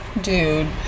dude